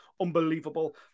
unbelievable